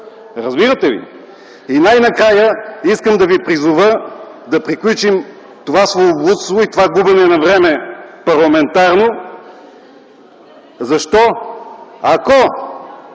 разбирате ли? И най-накрая искам да ви призова да приключим това словоблудство и това губене на парламентарно време. Защо?